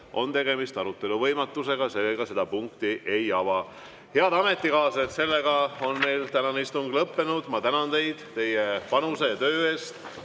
on tegemist arutelu võimatusega, seega seda punkti me ei ava. Head ametikaaslased, meie tänane istung on lõppenud. Ma tänan teid teie panuse ja töö eest.